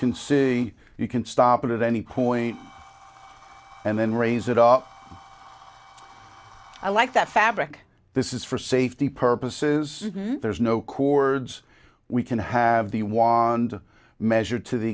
can see you can stop at any point and then raise it up i like that fabric this is for safety purposes and there's no cord we can have the wand measured to the